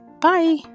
Bye